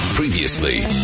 Previously